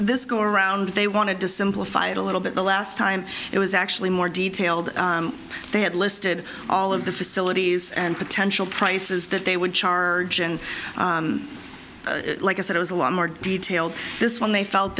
this go around they wanted to simplify it a little bit the last time it was actually more detailed they had listed all of the facilities and potential prices that they would charge and like i said it was a lot more detailed this when they felt